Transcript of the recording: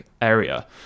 area